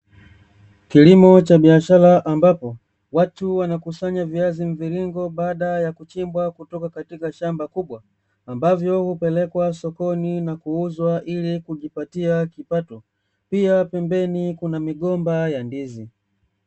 Kilimo cha biashara ambapo, watu wanakusanya viazi mviringo baada ya kuchimbwa kutoka katika shamba kubwa, ambavyo hupelekwa sokoni na kuuzwa ili kujipatia kipato. Pia pembeni kuna migomba ya ndizi.